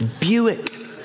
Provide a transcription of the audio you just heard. Buick